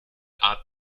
art